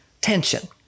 tension